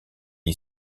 est